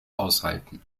aushalten